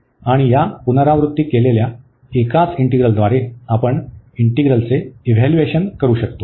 आणि या पुनरावृत्ती केलेल्या एकाच इंटीग्रलद्वारे आपण इंटीग्रलचे इव्हाल्युएशन करू शकतो